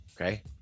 okay